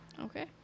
okay